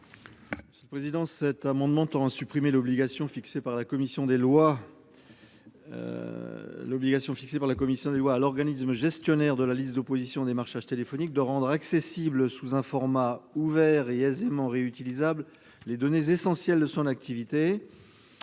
? Le présent amendement tend à supprimer l'obligation, introduite par la commission des lois, faite à l'organisme gestionnaire de la liste d'opposition au démarchage téléphonique de rendre accessibles, sous un format ouvert et aisément réutilisable, les données essentielles de son activité.